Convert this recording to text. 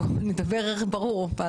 בואו נדבר ברור.